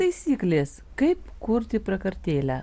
taisyklės kaip kurti prakartėlę